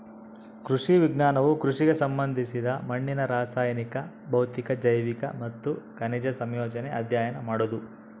ಕೃಷಿ ವಿಜ್ಞಾನವು ಕೃಷಿಗೆ ಸಂಬಂಧಿಸಿದ ಮಣ್ಣಿನ ರಾಸಾಯನಿಕ ಭೌತಿಕ ಜೈವಿಕ ಮತ್ತು ಖನಿಜ ಸಂಯೋಜನೆ ಅಧ್ಯಯನ ಮಾಡೋದು